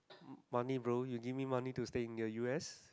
money bro you give me money to stay in the u_s